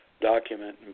document